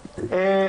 נו,